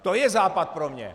To je Západ pro mně.